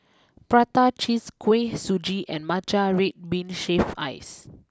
Prata Cheese Kuih Suji and Matcha Red Bean Shaved Ice